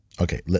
Okay